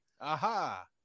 Aha